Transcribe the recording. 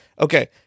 okay